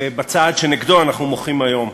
ובצעד שנגדו אנחנו מוחים היום: